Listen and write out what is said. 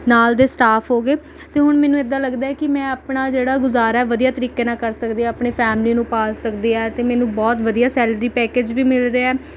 ਨਾਲ ਦੇ ਸਟਾਫ ਹੋ ਗਏ ਅਤੇ ਹੁਣ ਮੈਨੂੰ ਇੱਦਾਂ ਲੱਗਦਾ ਹੈ ਕਿ ਆਪਣਾ ਜਿਹੜਾ ਗੁਜ਼ਾਰਾ ਵਧੀਆ ਤਰੀਕੇ ਨਾਲ ਕਰ ਸਕਦੀ ਹੈ ਆਪਣੀ ਫ਼ੈਮਿਲੀ ਨੂੰ ਪਾਲ ਸਕਦੀ ਹੈ ਅਤੇ ਮੈਨੂੰ ਬਹੁਤ ਵਧੀਆ ਸੈਲਰੀ ਪੈਕੇਜ ਵੀ ਮਿਲ ਰਿਹਾ ਹੈ